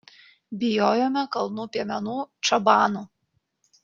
bijojome kalnų piemenų čabanų